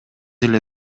эле